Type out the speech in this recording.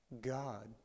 God